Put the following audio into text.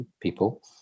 people